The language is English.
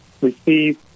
receive